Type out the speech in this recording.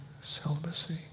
celibacy